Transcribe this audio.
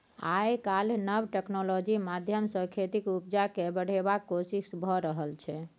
आइ काल्हि नब टेक्नोलॉजी माध्यमसँ खेतीक उपजा केँ बढ़ेबाक कोशिश भए रहल छै